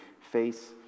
face